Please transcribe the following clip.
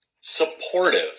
supportive